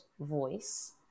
voice